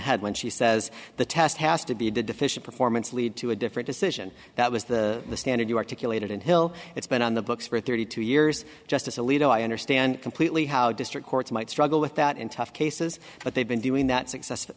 head when she says the test has to be deficient performance lead to a different decision that was the standard you articulated in hill it's been on the books for thirty two years justice alito i understand completely how district courts might struggle with that in tough cases but they've been doing that successful